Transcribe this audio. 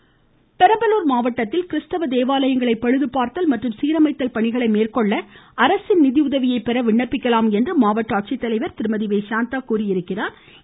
இருவரி பெரம்பலூர் மாவட்டத்தில் கிறிஸ்தவ தேவாலயங்களை பழுது பார்த்தல் மற்றும் சீரமைத்தல் பணிகளை மேற்கொள்ள அரசு நிதி உதவியை பெற விண்ணப்பிக்கலாம் மாவட்ட ஆட்சித்தலைவர் திருமதி என்று சாந்தா தெரிவித்துள்ளா்